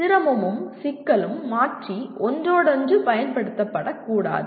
சிரமமும் சிக்கலும் மாற்றி ஒன்றோடொன்று பயன்படுத்தப்படக்கூடாது